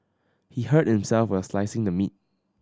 he hurt himself while slicing the meat